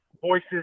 voices